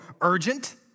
urgent